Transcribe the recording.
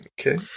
Okay